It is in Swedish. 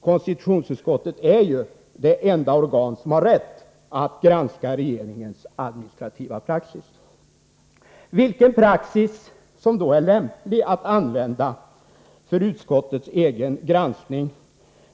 Konstitutionsutskottet är ju det enda organ som har rätt att granska regeringens administrativa praxis. Vilken praxis som är lämplig att använda för utskottets egen granskning